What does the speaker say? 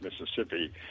Mississippi